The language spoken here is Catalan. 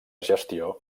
gestió